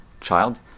child